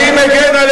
אתה מגן על ברק?